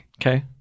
Okay